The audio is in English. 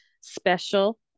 special